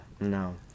no